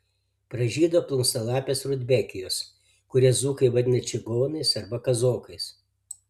pražydo plunksnalapės rudbekijos kurias dzūkai vadina čigonais arba kazokais